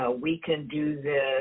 we-can-do-this